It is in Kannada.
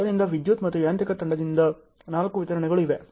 ಆದ್ದರಿಂದ ವಿದ್ಯುತ್ ಮತ್ತು ಯಾಂತ್ರಿಕ ತಂಡದಿಂದ ನಾಲ್ಕು ವಿತರಣೆಗಳು ಇವೆ